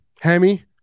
Hemi